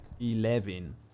Eleven